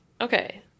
Okay